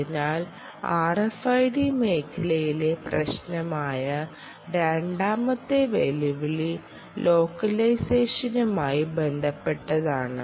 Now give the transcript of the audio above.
അതിനാൽ RFID മേഖലയിലെ പ്രശ്നമായ രണ്ടാമത്തെ വെല്ലുവിളി ലോക്കലൈസേഷനുമായ ബന്ധപ്പെട്ടതാണ്